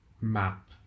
map